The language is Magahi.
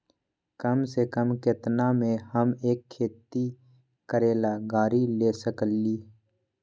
कम से कम केतना में हम एक खेती करेला गाड़ी ले सकींले?